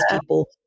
people